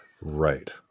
Right